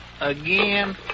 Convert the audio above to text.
Again